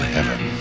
Heaven